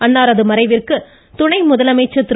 அன்னாரது மறைவிந்கு துணை முதலமைச்சா் திரு